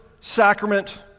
sacrament